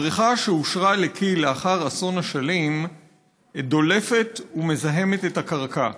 הבריכה שאושרה לכי"ל לאחר אסון אשלים דולפת ומזהמת את הקרקע.